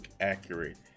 accurate